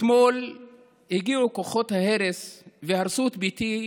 אתמול הגיעו כוחות ההרס והרסו את ביתי,